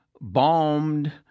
bombed